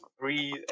breathe